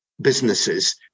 businesses